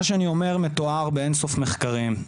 מה שאני אומר מתואר באין-סוף מחקרים,